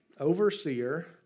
Overseer